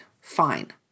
fine